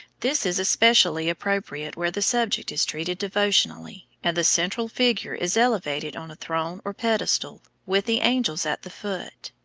this is especially appropriate where the subject is treated devotionally, and the central figure is elevated on a throne or pedestal, with the angels at the foot.